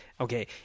okay –